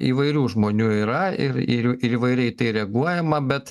įvairių žmonių yra ir įvairiai į tai reaguojama bet